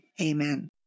Amen